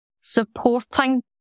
supporting